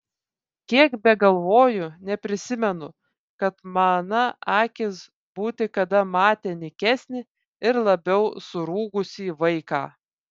kiek begalvoju neprisimenu kad mana akys būti kada matę nykesnį ir labiau surūgusį vaiką